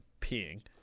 peeing